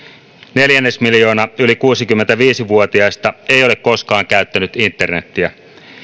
neljännesmiljoona yli kuusikymmentäviisi vuotiasta ei ei ole koskaan käyttänyt internetiä